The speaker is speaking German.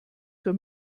zur